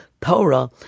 Torah